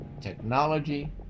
technology